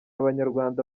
abanyarwanda